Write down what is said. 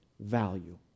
value